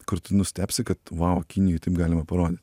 kur tu nustebsi kad vau kinijoj taip galima parodyt